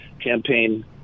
Campaign